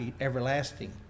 everlasting